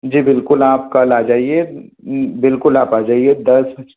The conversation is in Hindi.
जी बिल्कुल आप कल आ जाइए बिल्कुल आप आ जाइए दस